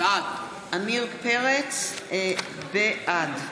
בעד עודד פורר, בעד יועז הנדל,